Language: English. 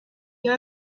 you